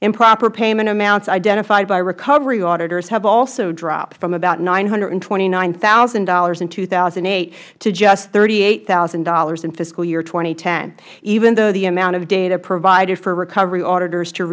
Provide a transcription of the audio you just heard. improper payment amounts identified by recovery auditors have also dropped from about nine hundred and twenty nine thousand dollars in two thousand and eight to just thirty eight thousand dollars in fiscal year two thousand and ten even though the amount of data provided for recovery auditors to